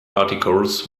particles